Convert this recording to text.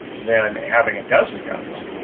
than having a dozen guns